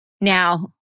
Now